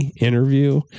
interview